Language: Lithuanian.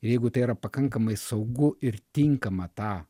ir jeigu tai yra pakankamai saugu ir tinkama tą